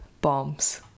Bombs